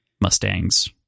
Mustangs